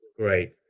right.